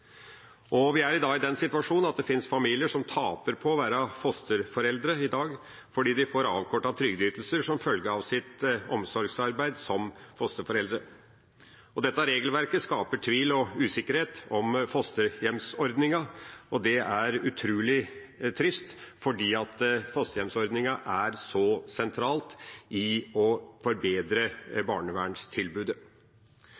Vi er i dag i den situasjonen at det finnes familier som taper på å være fosterforeldre fordi de får avkortede trygdeytelser som følge av sitt omsorgsarbeid som fosterforeldre. Dette regelverket skaper tvil og usikkerhet om fosterhjemsordningen, og det er utrolig trist fordi fosterhjemsordningen er så sentral i det å forbedre